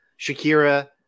Shakira